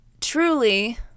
truly